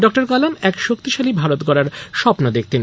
ডঃ কালাম এইক শক্তিশালী ভারত গড়ার স্বপ্ন দেখতেন